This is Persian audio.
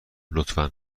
لطفا